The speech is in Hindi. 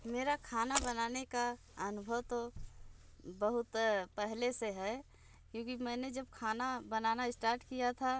मेरा खाना बनाने का अनुभव तो बहुत पहले से है क्योंकि मैंने जब खाना बनाना इस्टाट किया था